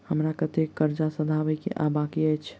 हमरा कतेक कर्जा सधाबई केँ आ बाकी अछि?